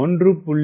1